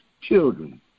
children